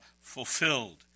fulfilled